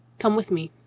come with me.